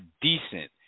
decent